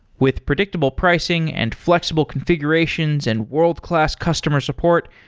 with predictable pricing and flexible configurations and world-class customer support,